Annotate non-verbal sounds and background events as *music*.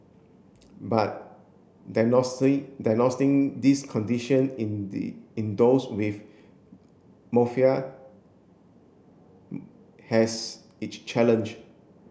but diagnosing diagnosing this condition in the in those with *unintelligible* has it challenge